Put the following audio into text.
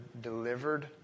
delivered